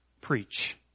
preach